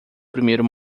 primeiro